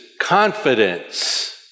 confidence